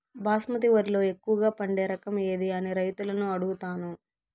బాస్మతి వరిలో ఎక్కువగా పండే రకం ఏది అని రైతులను అడుగుతాను?